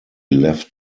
left